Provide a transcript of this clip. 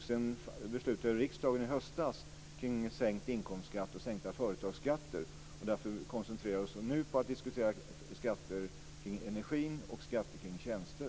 Sedan beslutade riksdagen i höstas om sänkt inkomstskatt och sänkta företagsskatter. Därför koncentrerar vi oss nu på att diskutera skatter på energi och tjänster.